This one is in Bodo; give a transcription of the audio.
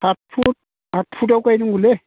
साथ फुट आथ फुट आव गायनांगौलै